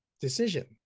decision